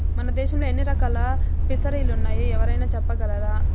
మన దేశంలో ఎన్ని రకాల ఫిసరీలున్నాయో ఎవరైనా చెప్పగలరా